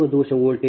o p